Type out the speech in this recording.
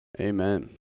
Amen